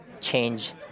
change